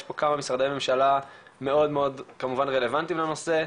יש פה כמה משרדי ממשלה מאוד מאוד רלוונטיים לנושא,